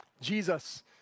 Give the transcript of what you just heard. Jesus